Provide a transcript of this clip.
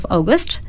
August